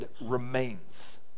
remains